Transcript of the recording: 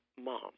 mom